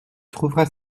trouveras